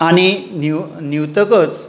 आनी न्हिव न्हिवतकच